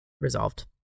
resolved